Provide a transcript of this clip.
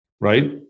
right